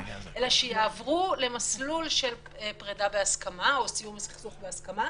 אלא שיעברו למסלול של פרידה בהסכמה או סיום הסכסוך בהסכמה.